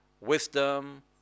wisdom